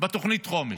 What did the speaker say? בתוכנית חומש.